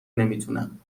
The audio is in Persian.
نمیتونم